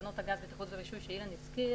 תקנות הגז (בטיחות ורישוי) שאילן הזכיר,